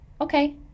Okay